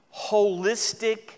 holistic